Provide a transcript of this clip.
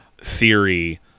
theory